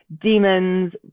demons